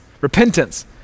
repentance